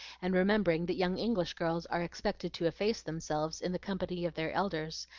and remembering that young english girls are expected to efface themselves in the company of their elders,